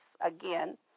again